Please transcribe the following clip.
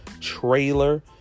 trailer